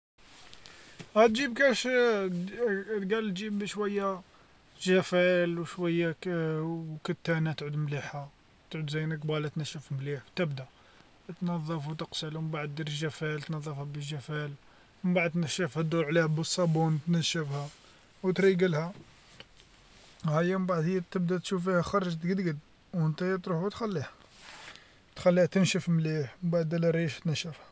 أتجيب كاش قال جيب شوية جفال وكتانة تعود مليحة تعود زين قبالة تنشف مليح، وتبدا تنظف وتقسل ومن بعد دير الجفال تنظفها بالجفال، من بعد تنشفها دور عليها بالصابون تنشفها، وتريقلها هيا من بعد هي تبدا تشوف فيها خرج قد قد ونتايا تروح وتخليها تخليها تنشف مليح، مبعد ريح ينشفها.